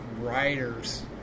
writers